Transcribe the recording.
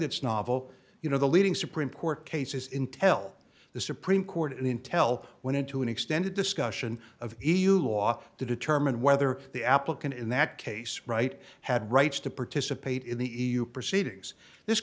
that's novel you know the leading supreme court cases intel the supreme court and intel went into an extended discussion of law to determine whether the applicant in that case right had rights to participate in the e u proceedings this